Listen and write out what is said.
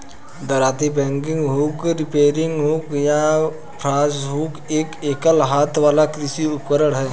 दरांती, bagging hook, reaping hook या grass hook एक एकल हाथ वाला कृषि उपकरण है